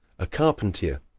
a carpentier,